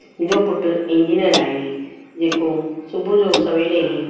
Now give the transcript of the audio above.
मुंहिंजो पुटु इंजीनिअर आहे जेको सुबुह जो सवेल ई